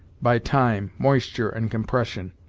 by time, moisture and compression.